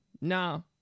No